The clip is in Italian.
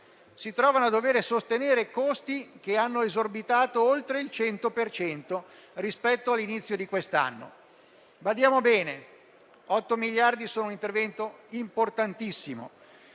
si trovano a dovere sostenere costi che hanno esorbitato oltre il 100 per cento rispetto all'inizio di quest'anno. Certamente 8 miliardi sono un intervento importantissimo.